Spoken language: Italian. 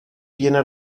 viene